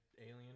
alien